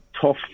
tough